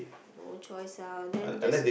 no choice lah then just